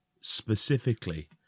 specifically